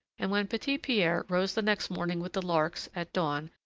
and when petit-pierre rose the next morning with the larks, at dawn,